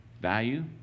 value